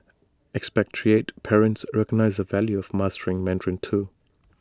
expatriate parents recognise the value of mastering Mandarin too